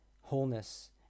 wholeness